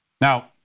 Now